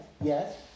yes